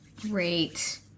Great